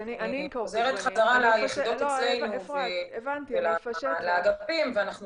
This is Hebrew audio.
אני חוזרת חזרה ליחידות אצלנו ולאגפים ואנחנו